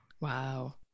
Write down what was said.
Wow